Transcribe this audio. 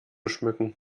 schmücken